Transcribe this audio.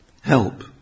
help